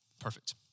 Perfect